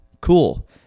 cool